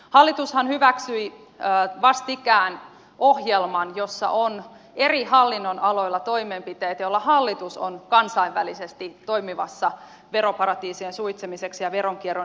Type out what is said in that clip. hallitushan hyväksyi vastikään ohjelman jossa on eri hallinnonaloilla toimenpiteet joilla hallitus on kansainvälisesti toimimassa veroparatiisien suitsemiseksi ja veronkierron ehkäisemiseksi